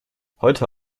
heute